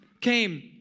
came